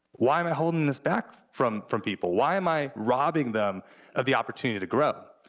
why am i holding this back from from people? why am i robbing them of the opportunity to grow?